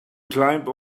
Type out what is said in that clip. climb